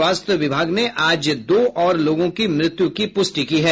स्वास्थ्य विभाग ने आज दो और लोगों की मृत्यु की पुष्टि की है